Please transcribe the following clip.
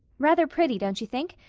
rather pretty, don't you think?